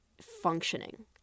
functioning